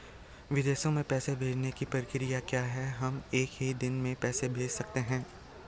विदेशों में पैसे भेजने की प्रक्रिया क्या है हम एक ही दिन में पैसे भेज सकते हैं?